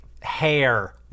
hair